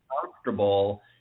comfortable